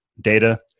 data